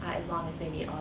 as long as they meet